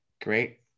Great